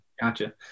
Gotcha